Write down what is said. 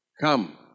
Come